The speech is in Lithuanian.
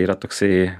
yra toksai